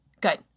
Good